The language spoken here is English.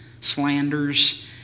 slanders